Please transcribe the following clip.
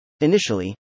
Initially